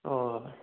ꯑꯣ